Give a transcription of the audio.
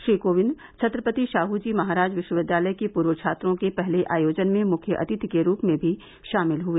श्री कोविंद छत्रपति शाहूजी महाराज विश्वविद्यालय के पूर्व छात्रों के पहले आयोजन में मुख्य अतिथि के रूप में भी शामिल हुए